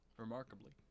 Remarkably